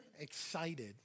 excited